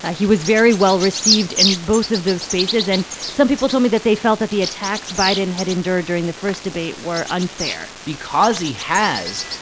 ah he was very well-received in both of those spaces. and some people told me that they felt that the attacks biden had endured during the first debate were unfair because he has,